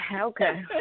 Okay